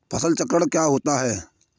फसल चक्रण क्या होता है?